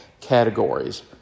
categories